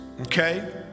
okay